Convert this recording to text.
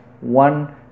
one